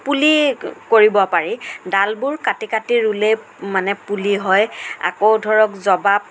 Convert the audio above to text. পুলি কৰিব পাৰি ডালবোৰ কাটি কাটি ৰুলেই মানে পুলি হয় আকৌ ধৰক জবাব